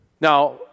Now